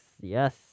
Yes